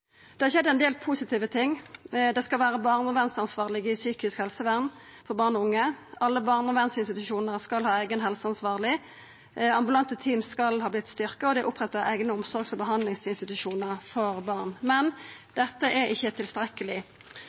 Det har skjedd ein del positive ting. Det skal vera barnevernsansvarlege i psykisk helsevern for barn og unge, alle barnevernsinstitusjonar skal ha sin ein eigen helseansvarleg, ambulante team skal ha vorte styrkte, og det er oppretta eigne omsorgs- og behandlingsinstitusjonar for barn. Men dette er ikkje tilstrekkeleg.